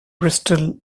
bristol